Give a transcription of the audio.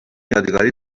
یادگاری